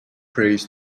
prays